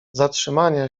zatrzymania